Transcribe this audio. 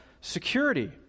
security